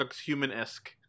human-esque